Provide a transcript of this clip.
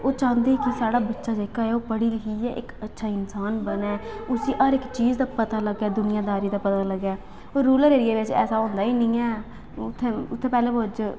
ओह् चाहंदे की साढ़ा बच्चा जेह्का ओह् पढ़ी लिखियै इक्क अच्छा इंसान बनै उसी हर इक्क चीज़ दा पता लग्गै दुनियादारी दा ते पता लग्गै ते रूरल एरिया बिच ऐसा होंदा निं ऐ उत्थें